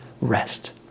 rest